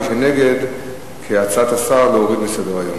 מי שנגד, כהצעת השר, להוריד מסדר-היום.